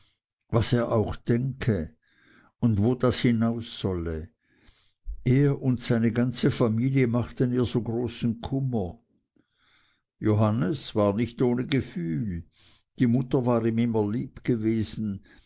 was er auch denke und wo das hinaus solle er und seine ganze familie machten ihr so großen kummer johannes war nicht ohne gefühl die mutter war ihm immer lieb gewesen